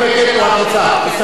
מסתפקת.